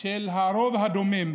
של הרוב הדומם.